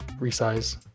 resize